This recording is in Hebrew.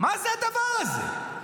מה זה הדבר הזה?